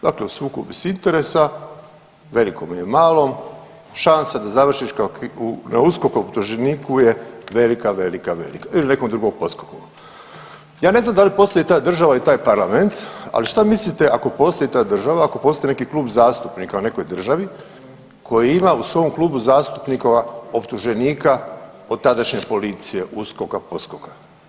Dakle, u sukobu si interesa, velikom ili malom, šansa da završiš kao, na USKOK-ovu optuženiku je velika, velika, velika, ili nekom drugom … [[govornik se ne razumije]] Ja ne znam da li postoji ta država i taj Parlament, ali šta mislite ako postoji ta država, ako postoji neki Klub zastupnika u nekoj državi koji ima u svom Klubu zastupnika optuženika od tadašnje policije, USKOK-a, poskoka.